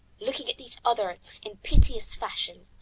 looking at each other in piteous fashion,